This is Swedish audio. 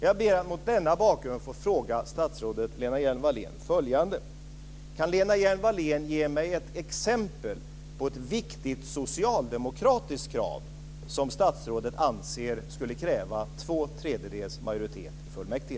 Jag ber att mot denna bakgrund få fråga statsrådet Lena Hjelm-Wallén följande: Kan Lena Hjelm-Wallén ge mig ett exempel på ett viktigt socialdemokratiskt krav som statsrådet anser skulle kräva två tredjedels majoritet i fullmäktige?